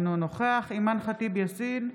אינו נוכח אימאן ח'טיב יאסין,